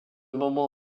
moment